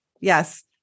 Yes